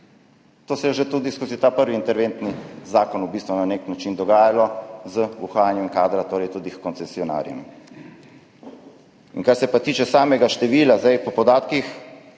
To se je že tudi skozi ta prvi interventni zakon v bistvu na nek način dogajalo z uhajanjem kadra, tudi h koncesionarjem. Kar se pa tiče samega števila. Po podatkih,